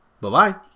Bye-bye